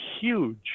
huge